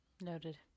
noted